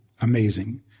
amazing